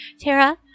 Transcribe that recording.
Tara